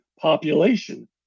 population